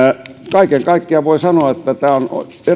kaiken kaikkiaan voi sanoa että tämä on eräs